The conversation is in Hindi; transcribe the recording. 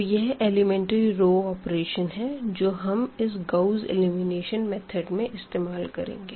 तो यह एलीमेंट्री रो ऑपरेशन है जो हम इस गाउस एलिमिनेशन मेथड में इस्तेमाल करेंगे